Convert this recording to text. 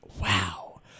Wow